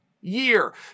year